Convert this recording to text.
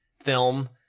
film